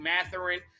Matherin